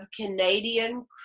Canadian